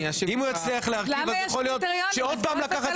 אם הוא יצליח להרכיב אז יכול להיות שעוד פעם לקחת